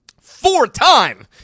four-time